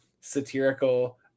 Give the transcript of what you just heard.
satirical